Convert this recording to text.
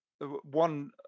one